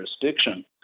jurisdiction